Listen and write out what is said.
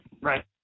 Right